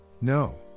No